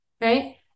right